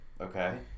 Okay